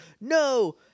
no